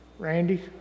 Randy